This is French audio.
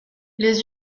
les